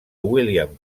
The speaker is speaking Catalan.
william